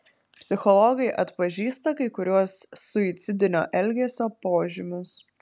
psichologai atpažįsta kai kuriuos suicidinio elgesio požymius